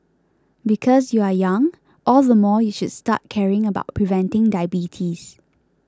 because you are young all the more you should start caring about preventing diabetes